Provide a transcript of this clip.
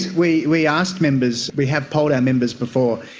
we we asked members, we have polled our members before,